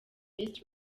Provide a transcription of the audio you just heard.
best